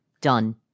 Done